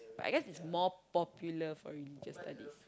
but I guess it's more popular for religious studies